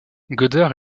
goddard